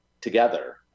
together